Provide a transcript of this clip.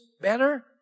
better